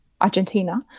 Argentina